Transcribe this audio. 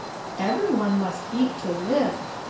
every one must eat to live.